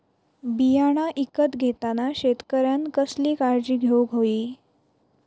बियाणा ईकत घेताना शेतकऱ्यानं कसली काळजी घेऊक होई?